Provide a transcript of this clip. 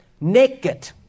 naked